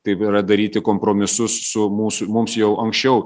taip yra daryti kompromisus su mūsų mums jau anksčiau